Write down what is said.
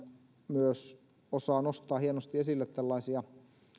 myös osaa nostaa hienosti esille tällaisia